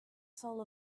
soul